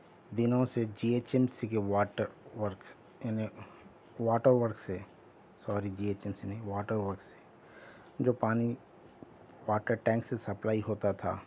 دنوں سے جی ایچ ایم سی کے واٹر ورک یعنی واٹر ورک سے سوری جی ایچ ایم سی نہیں واٹر ورک سے جو پانی واٹر ٹینک سے سپلائی ہوتا تھا